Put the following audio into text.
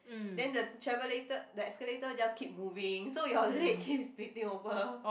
then the travelator the escalator just keep moving so your leg keep splitting open